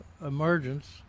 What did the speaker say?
emergence